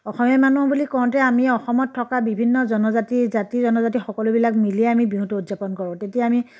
অসমীয়া মানুহ বুলি কওঁতেই আমি অসমত থকা বিভিন্ন জনজাতি জাতি জনজাতি সকলোবিলাক মিলিয়েই আমি বিহুটো উদযাপন কৰোঁ তেতিয়া আমি